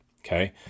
okay